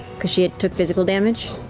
because she ah took physical damage?